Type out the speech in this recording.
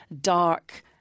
dark